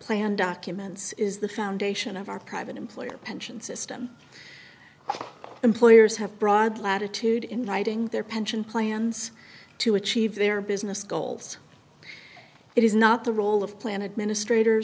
plan documents is the foundation of our private employer pension system employers have broad latitude in writing their pension plans to achieve their business goals it is not the role of plan administrator